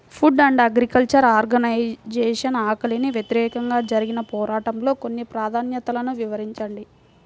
food and agriculture organisation ఆకలికి వ్యతిరేకంగా జరిగిన పోరాటంలో కొన్ని ప్రాధాన్యతలను వివరించింది